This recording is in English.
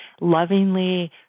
lovingly